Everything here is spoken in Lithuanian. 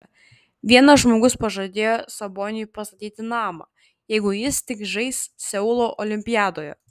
vienas žmogus pažadėjo saboniui pastatyti namą jeigu jis tik žais seulo olimpiadoje